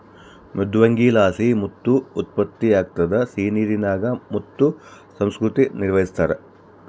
ಮೃದ್ವಂಗಿಲಾಸಿ ಮುತ್ತು ಉತ್ಪತ್ತಿಯಾಗ್ತದ ಸಿಹಿನೀರಿನಾಗ ಮುತ್ತು ಸಂಸ್ಕೃತಿ ನಿರ್ವಹಿಸ್ತಾರ